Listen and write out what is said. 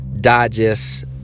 digest